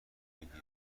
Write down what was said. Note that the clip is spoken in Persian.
بگیرش